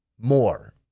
more